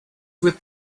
with